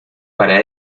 para